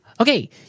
Okay